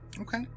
okay